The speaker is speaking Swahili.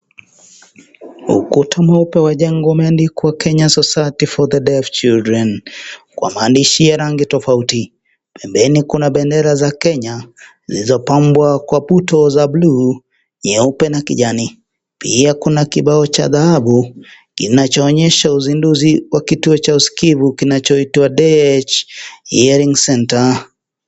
Ukuta mweupe mpya wa jengo umeandikwa Kenya society for the deaf children ,kwa maandishi ya rangi tofauti. Pembeni kuna bendera za Kenya, zilizobambwa kwa puto za blue , nyeupe na kijani. Pia kuna kibao cha dhahabu kinachoonyesha uzinduzi cha kituo cha usikivu kinacho DEH hearing center .